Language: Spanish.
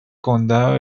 condado